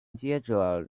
接着